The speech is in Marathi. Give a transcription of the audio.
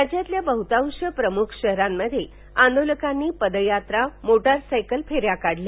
राज्यातल्या बह्टतांश प्रमुख शहरांत आंदोलकांनी पदयात्रा मोटारसायकल फेऱ्या काढल्या